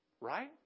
right